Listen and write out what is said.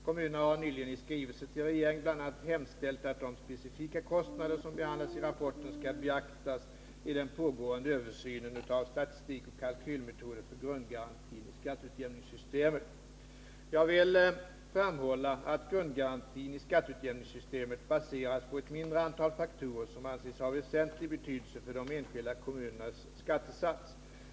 Kommunerna har nyligen i skrivelser till regeringen bl.a. hemställt att de specifika kostnader som behandlas i rapporten skall beaktas i den pågående översynen av statistik och kalkylmetoder för grundgarantin i skatteutjämningssystemet. Jag vill framhålla att grundgarantin i skatteutjämningssystemet baseras på ett mindre antal faktorer, som anses ha väsentlig betydelse för den enskilda kommunens skattesats.